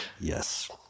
Yes